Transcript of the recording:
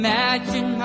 Imagine